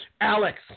Alex